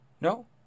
no